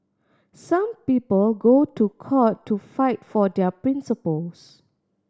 some people go to court to fight for their principles